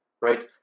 right